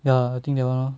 ya I think that [one] lor